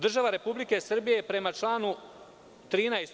Država Republike Srbije je prema članu 13.